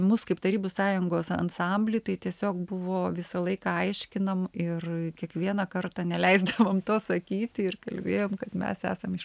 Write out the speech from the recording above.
mus kaip tarybų sąjungos ansamblį tai tiesiog buvo visą laiką aiškinam ir kiekvieną kartą neleisdavom to sakyti ir kalbėjom kad mes esam iš